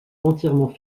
entièrement